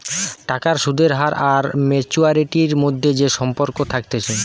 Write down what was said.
টাকার সুদের হার আর ম্যাচুয়ারিটির মধ্যে যে সম্পর্ক থাকতিছে